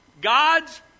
God's